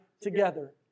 together